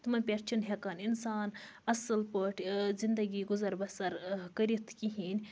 تِمَن پٮ۪ٹھ چھِنہٕ ہیٚکان اِنسان اصٕل پٲٹھۍ زِندَگی گُزَر بَسَر کٔرِتھ کِہیٖنۍ